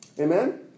Amen